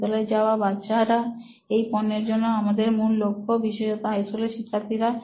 বিদ্যালয় যাওয়া বাচ্চারা এই পণ্যের জন্য আমাদের মূল লক্ষ্য বিশেষত হাইস্কুলের শিক্ষার্থীরা